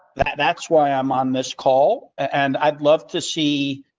that's why i'm on this call and i'd love to see.